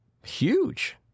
Huge